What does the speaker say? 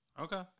okay